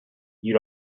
you